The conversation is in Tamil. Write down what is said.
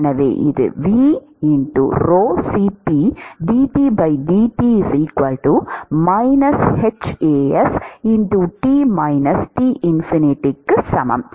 எனவே இது V ρCpdTdt hAsT T∞ க்கு சமம்